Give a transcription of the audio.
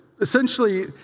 Essentially